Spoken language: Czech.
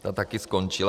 Ta taky skončila.